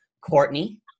Courtney